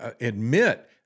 admit